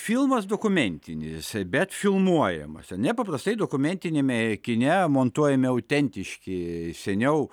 filmas dokumentinis bet filmuojamas ar ne paprastai dokumentiniame kine montuojami autentiški seniau